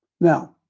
Now